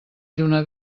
lluna